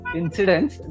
incidents